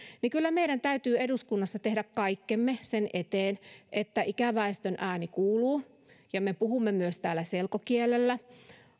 kyllä meidän täytyy eduskunnassa tehdä kaikkemme sen eteen että ikäväestön ääni kuuluu ja puhumme myös täällä selkokielellä